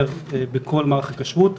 בכל מערך הכשרות.